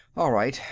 all right.